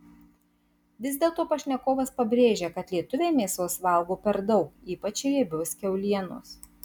vis dėlto pašnekovas pabrėžia kad lietuviai mėsos valgo per daug ypač riebios kiaulienos